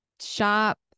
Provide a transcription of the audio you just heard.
shop